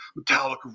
Metallica